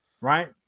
right